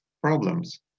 problems